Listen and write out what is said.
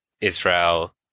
Israel